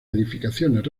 edificaciones